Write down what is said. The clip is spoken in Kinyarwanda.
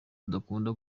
adakunda